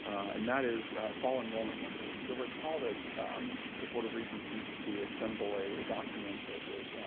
and that is fall enrollment numbers. you'll recall that the board of regents used to assemble a document that would